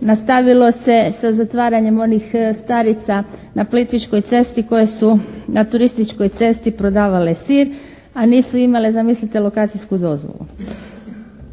nastavilo se sa zatvaranjem onih starica na plitvičkoj cesti koje su na turističkoj cesti prodavale sir a nisu imale zamislite, lokacijsku dozvolu.